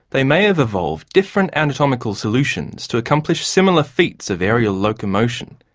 they may have evolved different anatomical solutions to accomplish similar feats of aerial locomotion.